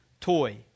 toy